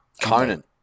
Conan